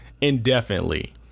indefinitely